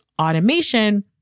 automation